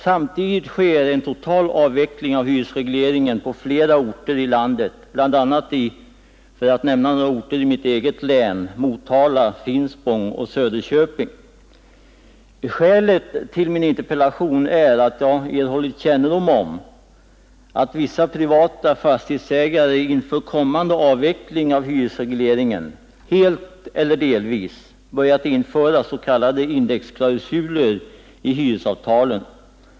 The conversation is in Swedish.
Samtidigt sker en total avveckling av hyresregleringen på flera orter i landet, bl.a. — för att nämna några orter i mitt eget län — Motala, Finspång och Söderköping. Skälet till min interpellation var att jag erhållit kännedom om att vissa privata fastighetsägare inför kommande avveckling av hyresregleringen helt eller delvis börjat införa s.k. indexklausuler i hyresavtalen.